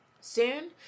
Soon